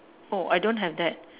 oh I don't have that